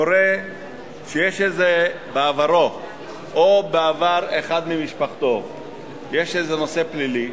קורה שבעברו או בעברו של אחד ממשפחתו יש איזה נושא פלילי,